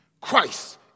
Christ